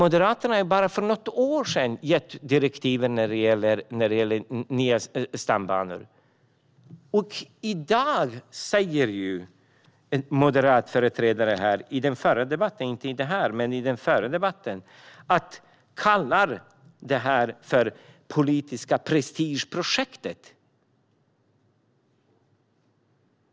För bara några år sedan gav Moderaterna direktiven om nya stambanor, och i dag kallade en företrädare för Moderaterna i den förra debatten det här för ett politiskt prestigeprojekt.